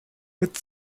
mit